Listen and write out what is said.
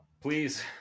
Please